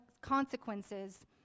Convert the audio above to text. consequences